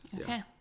Okay